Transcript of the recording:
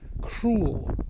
cruel